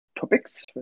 topics